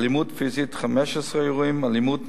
אלימות פיזית, 15 אירועים, אלימות מילולית,